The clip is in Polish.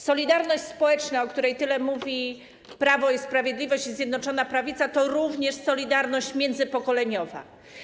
Solidarność społeczna, o której tyle mówią Prawo i Sprawiedliwość i Zjednoczona Prawica, to również solidarność międzypokoleniowa.